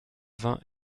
vingt